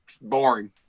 boring